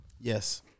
Yes